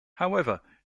however